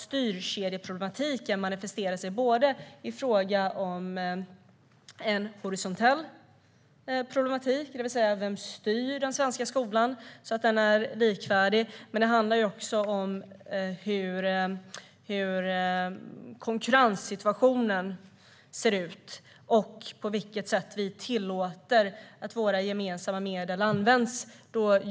Styrkedjeproblematiken manifesterar sig alltså både i form av en horisontell problematik, där det handlar om vem som styr den svenska skolan så att den är likvärdig, och i form av frågan hur konkurrenssituationen ser ut och på vilket sätt vi tillåter att våra gemensamma medel används.